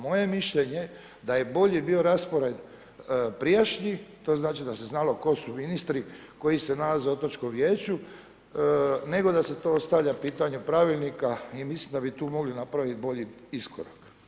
Moje mišljenje da je bolji bio raspored prijašnjih, to znači da se znalo tko su ministri koji se nalaze u otočkom vijeću nego da se to ostavlja pitanje pravilnika i mislim da bu mogli napraviti bolji iskorak.